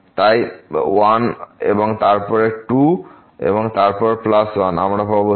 তাই এটি মাইনাস 1 এবং তারপর এখানে 2 এবং তারপর প্লাস 1 আমরা পাব 3